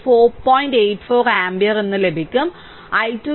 8 4 ampere ലഭിക്കും i2 10